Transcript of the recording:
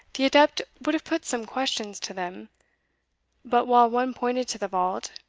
the adept would have put some questions to them but while one pointed to the vault,